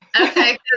Okay